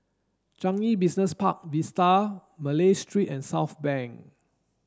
Changi Business Park Vista Malay Street and Southbank